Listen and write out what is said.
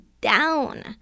down